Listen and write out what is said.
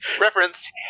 reference